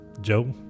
Joe